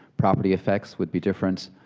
property effects would be different,